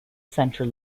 centre